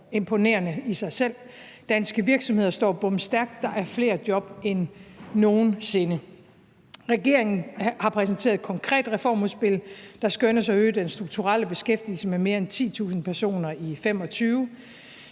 imponerende i sig selv. Danske virksomheder står bomstærkt, og der er flere job end nogen sinde. Regeringen har præsenteret et konkret reformudspil, der skønnes at øge den strukturelle beskæftigelse med mere end 10.000 personer i 2025.